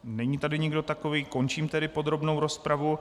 Není tady nikdo takový, končím tedy podrobnou rozpravu.